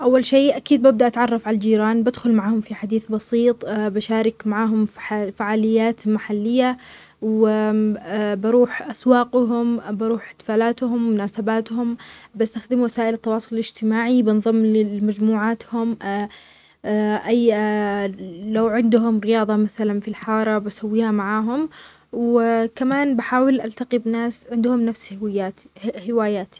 إذا انتقلت لبلد جديد، أول شيء بحاول أتعرف على الأماكن المحلية مثل المقاهي أو المراكز الثقافية. بعدين، بحاول أشارك في فعاليات أو أنشطة اجتماعية، سواء كانت رياضية أو ثقافية، عشان أتعرف على ناس جدد. ممكن بعد أستخدم تطبيقات تواصل اجتماعي أو مواقع تلاقي لخلق صداقات جديدة.